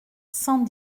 cent